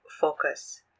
focus